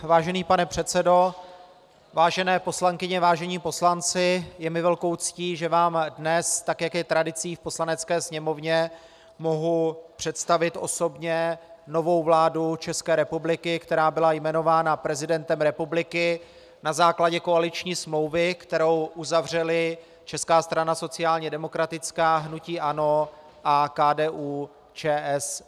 Vážený pane předsedo, vážené poslankyně, vážení poslanci, je mi velkou ctí, že vám dnes, tak jak je tradicí v Poslanecké sněmovně, mohu představit osobně novou vládu České republiky, která byla jmenována prezidentem republiky na základě koaliční smlouvy, kterou uzavřely Česká strana sociálně demokratická, hnutí ANO a KDUČSL.